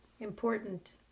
important